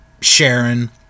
Sharon